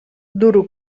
duro